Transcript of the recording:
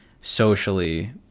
socially